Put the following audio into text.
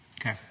Okay